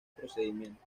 procedimiento